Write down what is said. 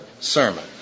sermon